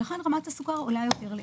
ולכן רמת הסוכר עולה לאט יותר.